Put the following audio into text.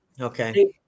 Okay